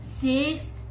six